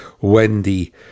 wendy